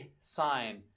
sign